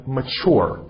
mature